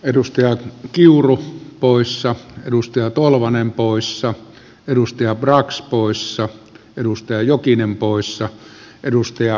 edustaja kiuru poissa edusti tolvanen poissa edusti abrax puissa edustaja jokinen poissa edustaja